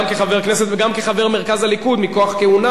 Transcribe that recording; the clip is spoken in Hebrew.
גם כחבר כנסת וגם כחבר מרכז הליכוד מכוח כהונה,